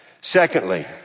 Secondly